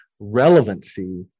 Relevancy